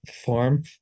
form